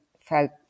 felt